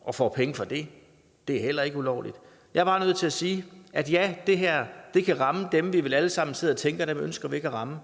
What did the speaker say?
og får penge for det. Det er heller ikke ulovligt. Jeg er bare nødt til sige, at ja, det her kan ramme dem, som vi vel alle sammen sidder og tænker at vi ikke ønsker at ramme.